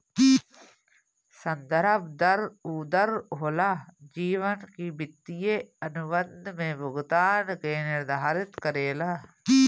संदर्भ दर उ दर होला जवन की वित्तीय अनुबंध में भुगतान के निर्धारित करेला